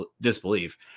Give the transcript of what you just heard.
disbelief